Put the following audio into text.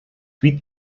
huit